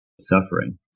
suffering